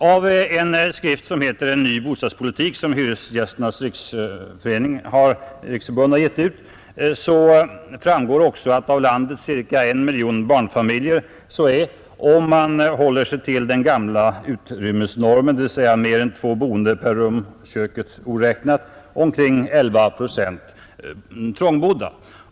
Av en skrift, som heter En ny bostadspolitik och som Hyresgästernas riksförbund har gett ut, framgår att av landets ca 1 miljon barnfamiljer är — om man håller sig till den gamla trångboddhetsnormen, dvs. mer än två boende per rum, köket oräknat — omkring 11 procent trångbodda.